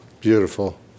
Beautiful